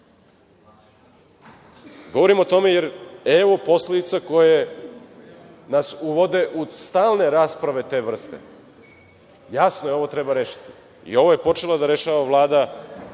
novcem. Govorim o tome, jer evo posledica koje nas uvode u stalne rasprave te vrste. Jasno je, ovo treba rešiti i ovo je počela da rešava Vlada